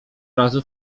razu